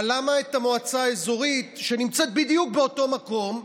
אבל למה את המועצה האזורית שנמצאת בדיוק באותו מקום הוציאו?